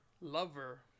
lover